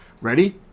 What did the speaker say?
Ready